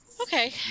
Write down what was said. Okay